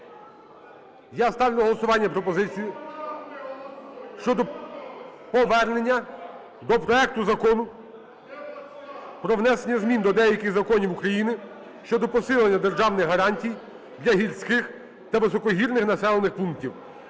Я ставлю на голосування пропозицію щодо повернення до проекту Закону про внесення змін до деяких законів України щодо посилення державних гарантій для гірських та високогірних населених пунктів